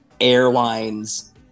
airlines